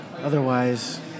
otherwise